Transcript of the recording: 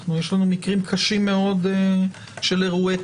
יש לנו מקרים קשים מאוד של אירועים.